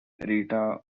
rita